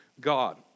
God